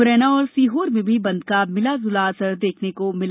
मुरैना और सीहोर में भी बंद का मिला जुला असर देखने को मिला